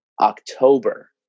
October